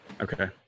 okay